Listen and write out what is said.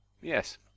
Yes